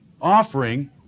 Offering